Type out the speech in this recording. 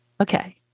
Okay